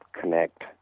connect